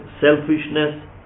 selfishness